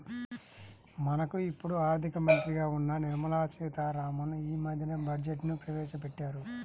మనకు ఇప్పుడు ఆర్థిక మంత్రిగా ఉన్న నిర్మలా సీతారామన్ యీ మద్దెనే బడ్జెట్ను ప్రవేశపెట్టారు